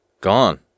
Gone